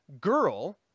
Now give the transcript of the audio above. girl